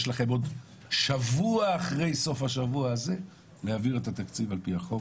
יש לכם עוד שבוע אחרי סוף השבוע הזה להעביר את התקציב על פי החוק.